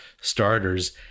starters